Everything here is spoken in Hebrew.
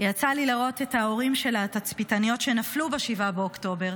יצא לי לראות את ההורים של התצפיתניות שנפלו ב-7 באוקטובר,